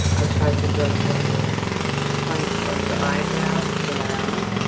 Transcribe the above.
i try to go from the point of the eyebrow down.